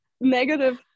negative